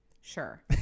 Sure